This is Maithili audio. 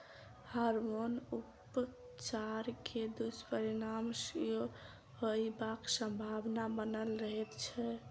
हार्मोन उपचार के दुष्परिणाम सेहो होयबाक संभावना बनल रहैत छै